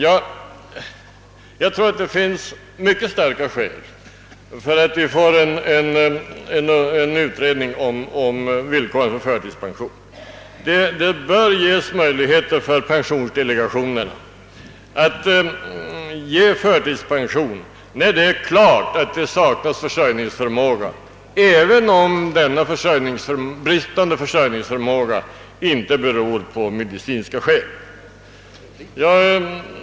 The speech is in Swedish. Jag tror att det finns mycket starka skäl för en utredning om villkoren för förtidspension. Det bör ges möjligheter för pensionsdelegationerna att ge förtidspension när det är klart att det saknas fösörjningsförmåga, även om denna bristande försörjningsförmåga inte har medicinska orsaker.